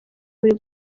buri